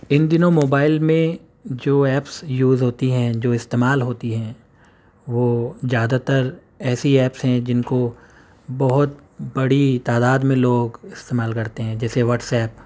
ان دنوں موبائل میں جو ایپس یوز ہوتی ہیں جو استعمال ہوتی ہیں وہ زیادہ تر ایسی ایپس ہیں جن کو بہت بڑی تعداد میں لوگ استعمال کرتے ہیں جیسے واٹس ایپ